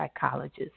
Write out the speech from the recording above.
psychologist